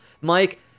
Mike